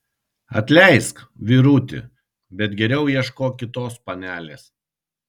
atleisk vyruti bet geriau ieškok kitos panelės